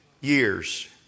years